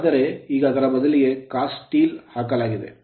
ಆದರೆ ಈಗ ಅದರ ಬದಲಿಗೆ cast steel ಎರಕಹೊಯ್ದ ಉಕ್ಕು ಹಾಕಲಾಗಿದೆ